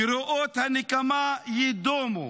קריאות הנקמה יידומו,